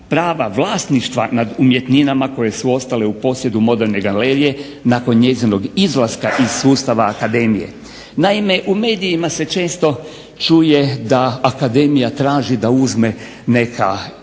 prava vlasništva nad umjetninama koje su ostale u posjedu moderne galerije nakon njezinog izlaska iz sustava akademije. Naime, u medijima se često čuje da akademija traži da uzme neka tijela